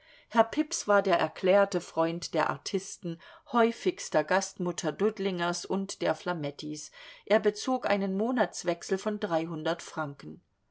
herr pips war der erklärte freund der artisten häufigster gast mutter dudlingers und der flamettis er bezog einen monatswechsel von dreihundert franken